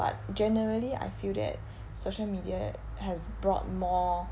but generally I feel that social media has brought more